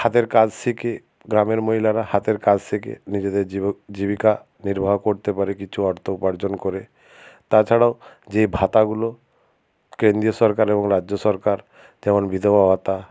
হাতের কাজ শিখে গ্রামের মহিলারা হাতের কাজ শিখে নিজেদের জীবিকা নির্বাহ করতে পারে কিছু অর্থ উপার্জন করে তাছাড়াও যে ভাতাগুলো কেন্দ্রীয় সরকার এবং রাজ্য সরকার যেমন বিধবা ভাতা